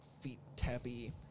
feet-tappy